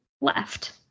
left